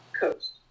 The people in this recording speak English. coast